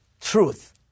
truth